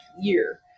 year